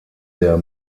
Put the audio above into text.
der